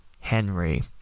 Henry